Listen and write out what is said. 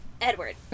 Edward